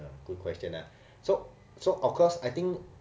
good question lah so so of course I think